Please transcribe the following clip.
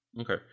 Okay